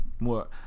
More